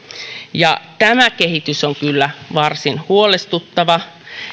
tämä kehitys on kyllä varsin huolestuttava